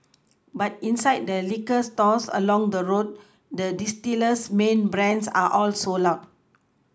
but inside the liquor stores along the road the distiller's main brands are all sold out